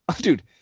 dude